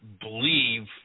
believe